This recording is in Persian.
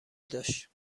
داشت